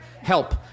Help